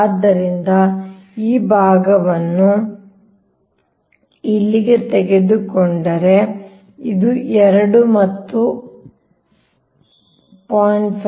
ಆದ್ದರಿಂದ ಈ ಭಾಗವನ್ನು ಇಲ್ಲಿಗೆ ನೀವು ಇಲ್ಲಿಗೆ ತೆಗೆದುಕೊಂಡರೆ ಇದು 2 ಮತ್ತು ಇಲ್ಲಿಂದ ಇಲ್ಲಿಗೆ 0